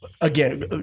again